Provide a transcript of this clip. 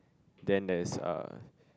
then there is a